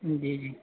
جی جی